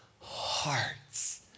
hearts